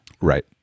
right